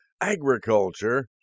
agriculture